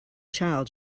child